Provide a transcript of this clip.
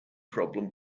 problem